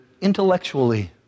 intellectually